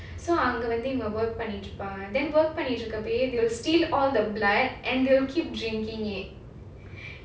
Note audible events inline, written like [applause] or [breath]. so அங்க வந்து:anga vanthu work இவங்க பண்ணிட்டு இருப்பாங்க:ivanga pannittu irupaanga then work பண்ணிக்கிட்டு இருக்கிறப்பயே:pannikkitruppaayae they'll steal all the blood and they'll keep drinking it [breath]